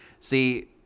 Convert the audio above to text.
See